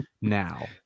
now